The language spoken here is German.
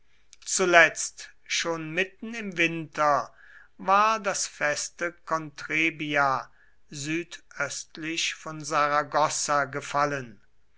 zuletzt schon mitten im winter war das feste contrebia südöstlich von saragossa gefallen